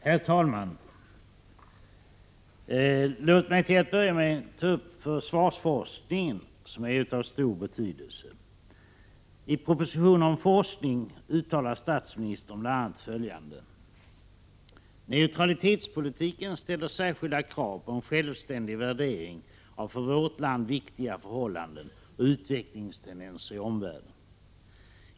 Herr talman! Låt mig till att börja med ta upp försvarsforskningen som är av stor betydelse. I propositionen om forskningen uttalar statsministern bl.a. följande: ”Neutralitetspolitiken ställer särskilda krav på en självständig värdering av för vårt land viktiga förhållanden och utvecklingstendenser i omvärlden.